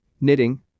knitting